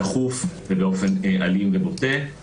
דחוף ובאופן אלים ובוטה.